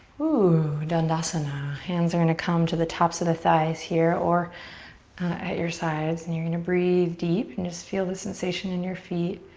whew, dandasana. hands are gonna come to the tops of the thighs here or at your sides and you're gonna breathe deep and just feel the sensation in your feet.